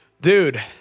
Dude